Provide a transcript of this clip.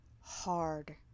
hard